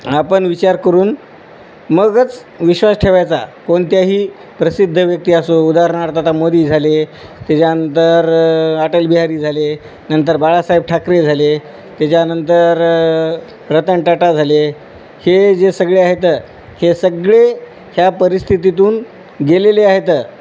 आपण विचार करून मगच विश्वास ठेवायचा कोणत्याही प्रसिद्ध व्यक्ती असो उदाहारणार्थ आता मोदी झाले त्याच्यानंतर रतन टाटा झाले हे जे सगळे आहेत तर हे सगळे ह्या परिस्थितीतून गेलेले आहेत तर